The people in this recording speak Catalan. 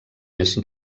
més